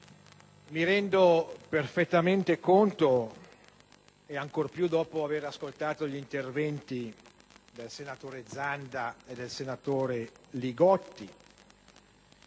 mi rendo perfettamente conto - ancor più dopo aver ascoltato gli interventi del senatore Zanda e del senatore Li Gotti